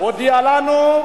ומודיע לנו.